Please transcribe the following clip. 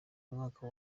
mwaka